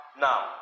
now